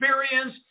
experience